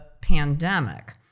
pandemic